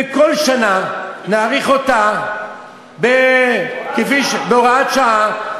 וכל שנה נאריך אותה בהוראת שעה,